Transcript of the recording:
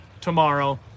tomorrow